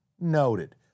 Noted